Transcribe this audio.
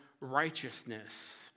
righteousness